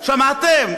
שמעתם?